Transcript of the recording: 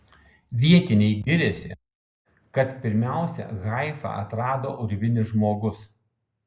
vietiniai giriasi kad pirmiausiai haifą atrado urvinis žmogus